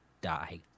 die